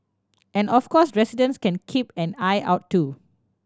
and of course residents can keep an eye out too